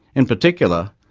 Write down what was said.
in particular,